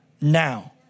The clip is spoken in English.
Now